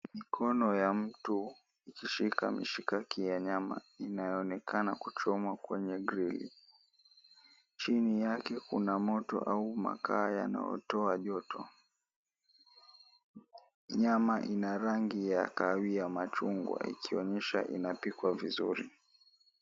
Mikono ya mtu ikishika mishikaki ya nyama inayoonekana kuchomwa kwenye grill . Chini yake kuna moto au makaa yanayotoa joto. Nyama ina rangi ya kahawia machungwa ikionyesha inapikwa vizuri.